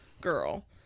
girl